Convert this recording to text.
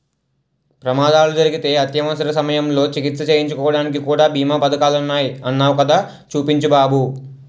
ప్రమాదాలు జరిగితే అత్యవసర సమయంలో చికిత్స చేయించుకోడానికి కూడా బీమా పదకాలున్నాయ్ అన్నావ్ కదా చూపించు బాబు